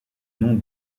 nom